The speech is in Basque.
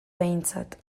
behintzat